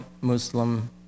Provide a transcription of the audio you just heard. Muslim